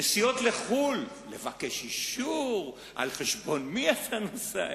נסיעות לחו"ל, לבקש אישור, על חשבון מי אתה נוסע?